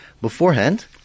Beforehand